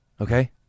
Okay